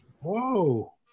Whoa